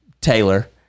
Taylor